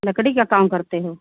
लकड़ी का काम करते हो